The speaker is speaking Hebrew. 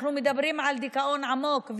אנחנו מדברים על דיכאון עמוק,